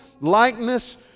likeness